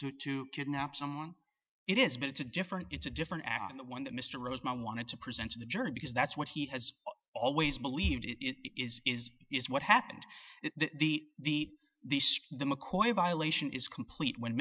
do to kidnap someone it is but it's a different it's a different act on the one that mr rosen i wanted to present to the jury because that's what he has always believed it is is is what happened the the the the mccoy violation is complete when